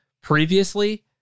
previously